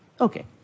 Okay